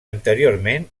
anteriorment